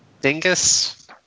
Dingus